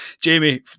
Jamie